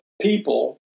people